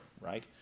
right